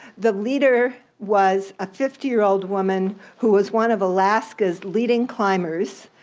the leader was a fifty year old woman who was one of alaska's leading climbers.